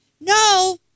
No